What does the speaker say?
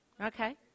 Okay